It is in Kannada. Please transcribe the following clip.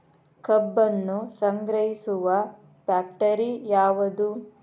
ಕಬ್ಬನ್ನು ಸಂಗ್ರಹಿಸುವ ಫ್ಯಾಕ್ಟರಿ ಯಾವದು?